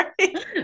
right